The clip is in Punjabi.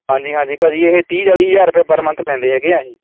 ਹਾਂਜੀ ਹਾਂਜੀ ਭਾਅ ਜੀ ਇਹ ਤੀਹ ਚਾਲ਼ੀ ਹਜ਼ਾਰ ਰੁਪਇਆ ਪਰ ਮੰਨਥ ਲੈਂਦੇ ਹੈਗੇ ਹੈ ਇਹ